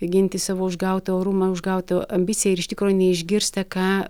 ginti savo užgautą orumą užgautą ambiciją ir iš tikro neišgirsta ką